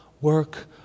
work